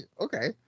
Okay